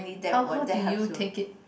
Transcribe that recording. how how do you take it